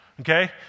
Okay